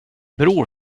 bror